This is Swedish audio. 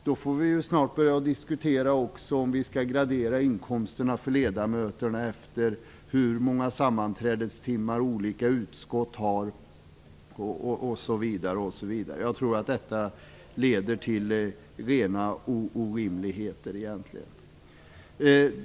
Då får vi snart börja diskutera om vi skall gradera inkomsterna för ledamöterna efter hur många sammanträdestimmar olika utskott har, osv. Jag tror att detta leder till orimligheter.